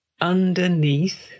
Underneath